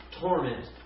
torment